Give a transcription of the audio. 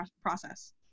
process